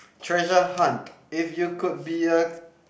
treasure hunt if you could be a